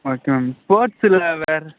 okay ma'am ஸ்போர்ட்ஸுல் வேறு